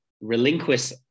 relinquish